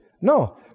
no